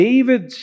David